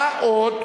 מה עוד,